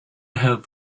have